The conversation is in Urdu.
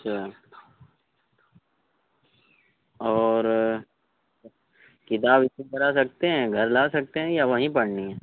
اچھا اور کتاب ایشو کرا سکتے ہیں گھر لا سکتے ہیں یا وہیں پڑھنی ہے